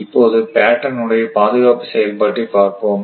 இப்போது Patton Patton's உடைய பாதுகாப்பு செயல்பாட்டை பார்ப்போம்